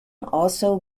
also